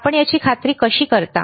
आपण याची खात्री कशी करता